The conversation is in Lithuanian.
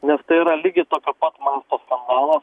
nes tai yra lygiai tokio pat masto skandalas